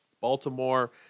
Baltimore